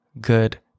good